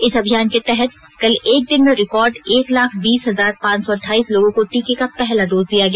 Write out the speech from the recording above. इस अभियान के तहत कल एक दिन में रिकॉर्ड एक लाख बीस हजार पांच सौ अट्ठाईस लोगों को टीके का पहला डोज दिया गया